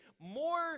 more